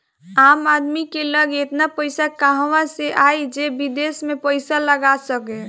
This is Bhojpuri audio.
आम आदमी की लगे एतना पईसा कहवा से आई जे विदेश में पईसा लगा सके